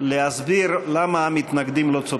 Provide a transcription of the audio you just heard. להסביר למה המתנגדים לא צודקים.